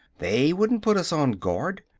they wouldn't put us on guard!